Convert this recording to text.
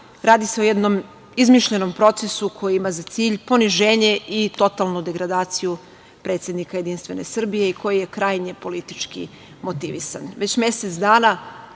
Radi se o jednom izmišljenom procesu koji ima za cilj poniženje i totalnu degradaciju predsednika Jedinstvene Srbije i koji je krajnje politički motivisan.